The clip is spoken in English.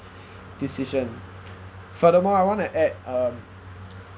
decision furthermore I wanna add um